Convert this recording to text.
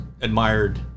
admired